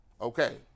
Okay